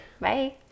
bye